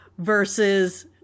versus